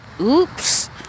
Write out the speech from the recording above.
Oops